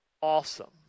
awesome